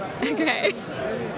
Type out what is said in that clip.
Okay